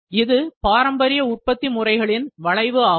இது பாரம்பரிய உற்பத்தி முறைகளில் வளைவு ஆகும்